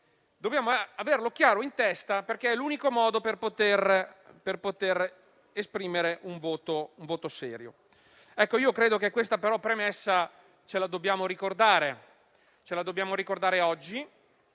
Dobbiamo averlo chiaro in testa, perché è l'unico modo per poter esprimere un voto serio. Ritengo, tuttavia, che questa premessa dobbiamo ricordare oggi,